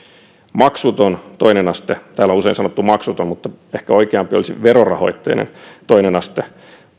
maksuton toinen aste täällä on usein sanottu maksuton mutta ehkä oikeampi olisi verorahoitteinen toinen aste